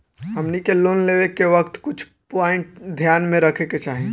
हमनी के लोन लेवे के वक्त कुछ प्वाइंट ध्यान में रखे के चाही